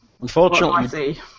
Unfortunately